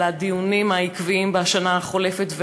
על הדיונים העקביים בשנה החולפת,